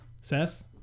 Seth